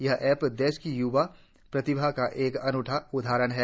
यह ऐप देश की यूवा प्रतिभा का एक अनूठा उदाहरण है